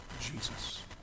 Jesus